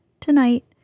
Tonight